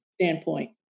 standpoint